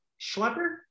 Schlepper